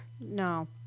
No